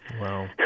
wow